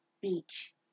Beach